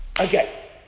Okay